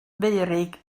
feurig